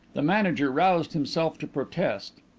the manager roused himself to protest.